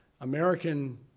American